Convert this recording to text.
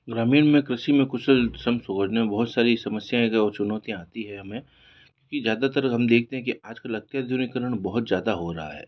ग्रामीण में कृषि में कुशल सन सुवरने में बहुत सारी समस्याएं जो चुनौतीयां आती है हमें क्योंकी ज़्यादातर हम देखते हैं कि आज कल अत्याधुनिकीकरण बहुत ज़्यादातर हो रहा है